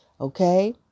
Okay